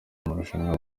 amarushanwa